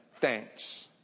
thanks